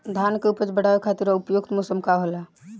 धान के उपज बढ़ावे खातिर उपयुक्त मौसम का होला?